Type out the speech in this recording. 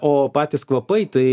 o patys kvapai tai